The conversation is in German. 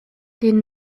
den